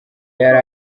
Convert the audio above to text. yari